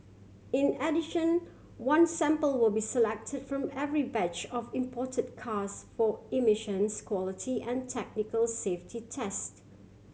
in addition one sample will be selected from every batch of imported cars for emissions quality and technical safety test